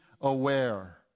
aware